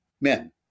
men